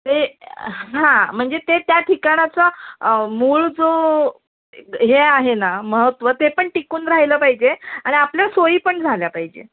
ते हां म्हणजे ते त्या ठिकाणाचा मूळ जो हे आहे ना महत्व ते पण टिकून राहिलं पाहिजे आणि आपल्या सोयी पण झाल्या पाहिजे